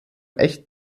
echt